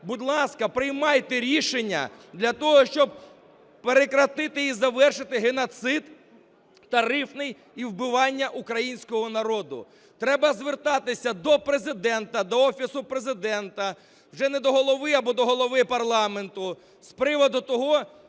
Будь ласка, приймайте рішення для того, щоб прекратити і завершити геноцид тарифний і вбивання українського народу. Треба звертатися до Президента, до Офісу Президента, вже не до голови або до голови парламенту з приводу того,